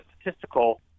statistical